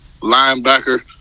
linebacker